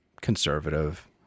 conservative